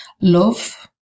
love